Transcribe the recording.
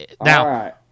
Now